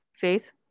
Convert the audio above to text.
faith